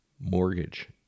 mortgage